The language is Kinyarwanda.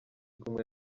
kumwe